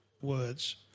words